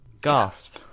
Gasp